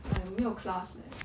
like 我没有 class leh